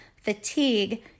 fatigue